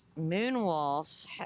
Moonwolf